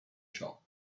shop